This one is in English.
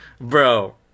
bro